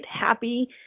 happy